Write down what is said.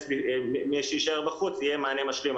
למי שיישאר בחוץ יהיה מענה משלים,